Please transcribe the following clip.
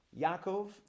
Yaakov